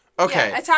okay